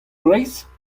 breizh